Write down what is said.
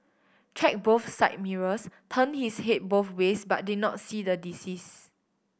checked both side mirrors turned his head both ways but did not see the deceased